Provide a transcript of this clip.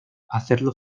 hacerlo